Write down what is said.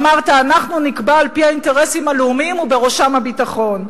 אמרת: אנחנו נקבע על-פי האינטרסים הלאומיים ובראשם הביטחון.